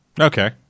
Okay